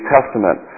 Testament